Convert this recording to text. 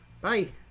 Bye